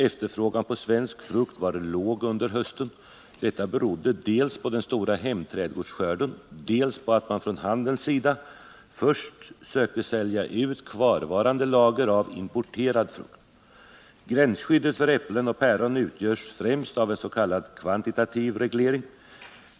Efterfrågan på svensk frukt var låg under hösten. Detta berodde dels på den stora hemträdgårdsskörden, dels på att man från handelns sida först sökte sälja ut kvarvarande lager av importerad frukt. Gränsskyddet för äpplen och päron utgörs främst av en s.k. kvantitativ reglering.